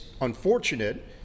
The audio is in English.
unfortunate